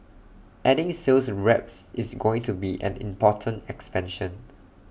adding sales reps is going to be an important expansion